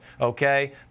okay